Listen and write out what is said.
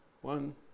one